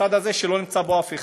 בצד הזה, שלא נמצא בו אף אחד,